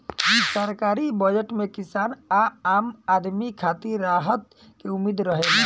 सरकारी बजट में किसान आ आम आदमी खातिर राहत के उम्मीद रहेला